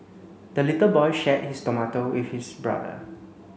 the little boy shared his tomato with his brother